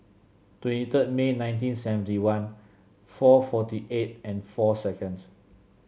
twenty third May nineteen seventy one four forty eight and four seconds